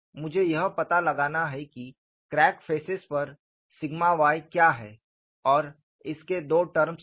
मुझे यह पता लगाना है कि क्रैक फेसेस पर सिग्मा y क्या है और इसके दो टर्म्स हैं